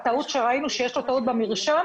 הטעות שראינו שיש לו טעות במרשם,